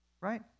Right